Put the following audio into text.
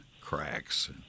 cracks